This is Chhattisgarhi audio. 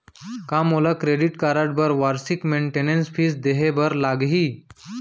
का मोला क्रेडिट कारड बर वार्षिक मेंटेनेंस फीस देहे बर लागही?